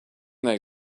they